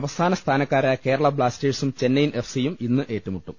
അവസാന സ്ഥാനക്കാരായ കേരള ബ്ലാസ്റ്റേഴ്സും ചെന്നൈയിൻ എഫ് സിയും ഇന്ന് ഏറ്റുമുട്ടും